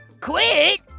Quit